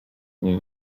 nie